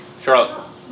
Charlotte